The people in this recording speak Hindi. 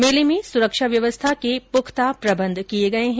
मेले में सुरक्षा व्यवस्था के पुख्ता प्रबंध किये गये है